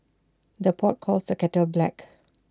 the pot calls the kettle black